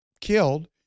killed